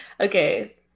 okay